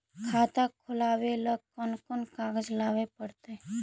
खाता खोलाबे ल कोन कोन कागज लाबे पड़तै?